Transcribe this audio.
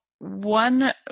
One